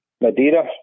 Madeira